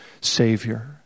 Savior